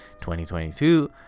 2022